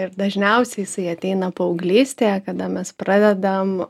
ir dažniausiai jisai ateina paauglystėje kada mes pradedam